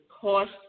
cost